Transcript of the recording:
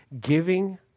giving